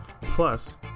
Plus